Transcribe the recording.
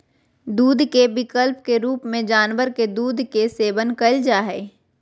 दूध के विकल्प के रूप में जानवर के दूध के सेवन कइल जा हइ